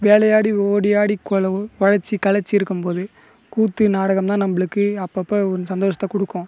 வேலையாடி ஓடி ஆடி கொளவு உழச்சி கலச்சுருக்கும் போது கூத்து நாடகம் தான் நம்மளுக்கு அப்போப்ப ஒரு சந்தோசத்தை கொடுக்கும்